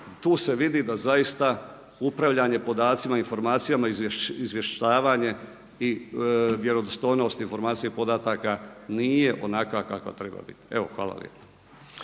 tu se vidi da zaista upravljanje podacima, informacijama izvještavanje i vjerodostojnost informacija podataka nije onakva kakva treba biti. Evo hvala lijepa.